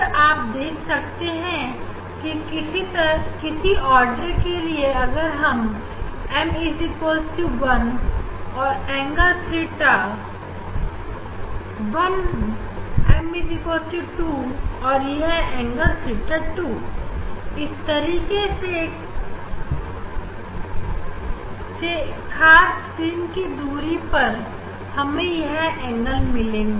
यहां पर आप देख सकते हैं कि किसी ऑर्डर के लिए अगर एम 1 और यह एंगल थीटा 1 m 2 और यह एंगल थीटा 2 इस तरीके से एक खास स्क्रीन की दूरी पर हमें यह एंगल मिलेंगे